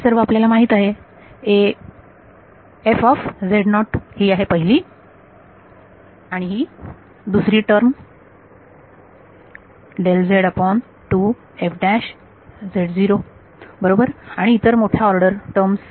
तर हे सर्व आपल्याला माहित आहे एफ ऑफ झेड नॉट ही आहे पहिली आणि दुसरी टर्म आहे बरोबर आणि इतर मोठ्या ऑर्डर टर्म